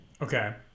Okay